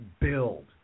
build